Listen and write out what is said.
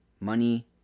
Money